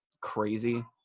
crazy